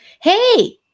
Hey